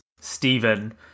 Stephen